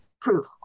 proof